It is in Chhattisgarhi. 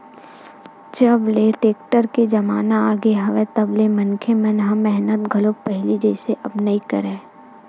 जब ले टेक्टर के जमाना आगे हवय तब ले मनखे मन ह मेहनत घलो पहिली जइसे अब नइ करय